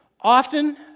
Often